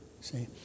See